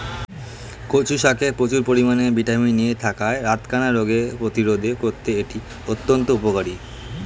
কচু শাকে প্রচুর পরিমাণে ভিটামিন এ থাকায় রাতকানা রোগ প্রতিরোধে করতে এটি অত্যন্ত উপকারী